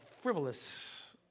frivolous